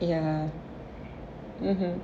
ya mmhmm